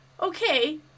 okay